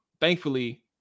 thankfully